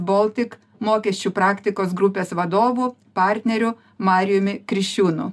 boltik mokesčių praktikos grupės vadovu partneriu mariumi kriščiūnu